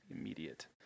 immediate